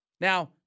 Now